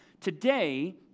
Today